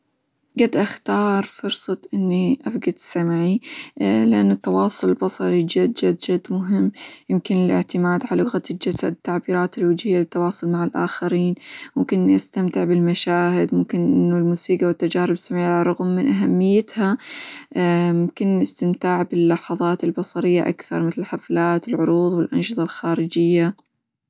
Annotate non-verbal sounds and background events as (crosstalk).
قد أختار فرصة إني أفقد سمعي (hesitation) لإن التواصل البصري جد جد جد مهم، يمكن الإعتماد على لغة الجسد، التعبيرات الوجهية للتواصل مع الآخرين، ممكن إني استمتع بالمشاهد، ممكن إنه الموسيقى، والتجارب السمعية على الرغم من أهميتها (hesitation) يمكن الاستمتاع باللحظات البصرية أكثر مثل: الحفلات العروظ، والأنشطة الخارجية.